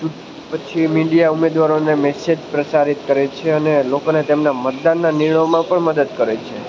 પછી મીડિયા ઉમેદવારોને મેસેજ પ્રસારિત કરે છે અને લોકોને તેમના મતદાનના નિર્ણયોમાં પણ મદદ કરે છે